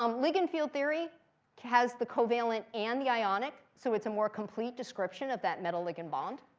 um ligand field theory has the covalent and the ionic, so it's a more complete description of that metal ligand bond.